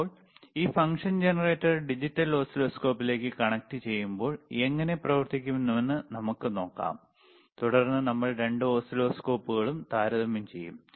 ഇപ്പോൾ ഈ ഫംഗ്ഷൻ ജനറേറ്ററിനെ ഡിജിറ്റൽ ഓസിലോസ്കോപ്പിലേക്ക് കണക്റ്റുചെയ്യുമ്പോൾ എങ്ങനെ പ്രവർത്തിക്കുമെന്ന് നമുക്ക് നോക്കാം തുടർന്ന് നമ്മൾ രണ്ട് ഓസിലോസ്കോപ്പുകളും താരതമ്യം ചെയ്യും